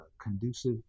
conducive